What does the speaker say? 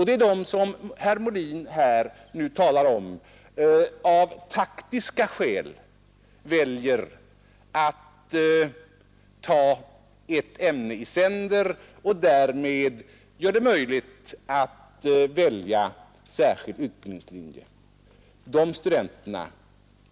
Det är den grupp herr Molin här talat om, den grupp som av taktiska skäl väljer att ta ett ämne i sänder och därför väljer särskild utbildningslinje.